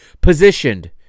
positioned